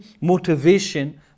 motivation